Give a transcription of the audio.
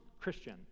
Christian